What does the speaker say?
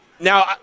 Now